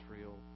Israel